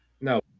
no